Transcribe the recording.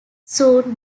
soon